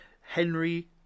Henry